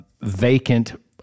vacant